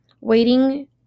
Waiting